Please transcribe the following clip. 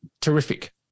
terrific